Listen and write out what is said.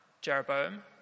Jeroboam